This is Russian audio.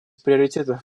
приоритетов